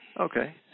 Okay